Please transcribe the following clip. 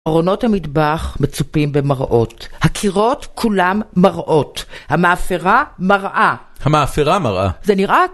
ארונות המטבח מצופים במראות, הקירות כולם מראות, המאפרה מראה. המאפרה מראה. זה נראה...